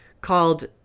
called